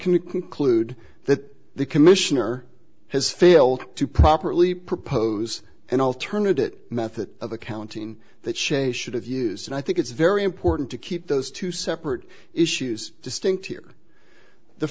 conclude that the commissioner has failed to properly propose an alternative method of accounting that shay should have used and i think it's very important to keep those two separate issues distinct here the